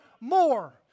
more